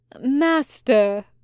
Master